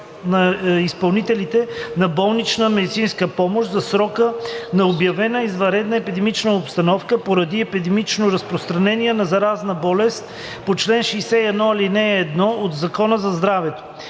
на изпълнителите на болнична медицинска помощ за срока на обявена извънредна епидемична обстановка поради епидемично разпространение на заразна болест по чл. 61, ал. 1 от Закона за здравето.